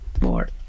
more